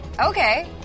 okay